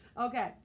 Okay